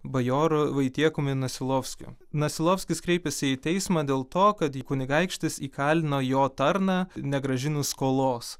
bajoru vaitiekumi nasilovskiu nasilovskis kreipėsi į teismą dėl to kad kunigaikštis įkalino jo tarną negrąžinus skolos